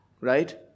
right